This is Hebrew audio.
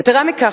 יתירה מכך,